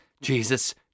Jesus